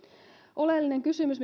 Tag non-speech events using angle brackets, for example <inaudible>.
oleellinen kysymys <unintelligible>